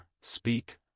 speak